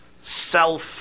self